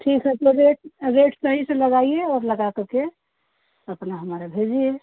ठीक है तो रेट रेट सही से लगाइए और लगा कके अपना हमारा भेजिए